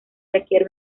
requiere